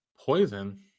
poison